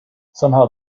somehow